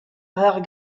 rares